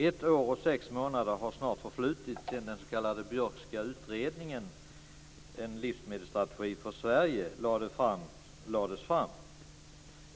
Ett år och sex månader har snart förflutit sedan den s.k. Björkska utredningen, En livsmedelsstrategi för Sverige, lades fram.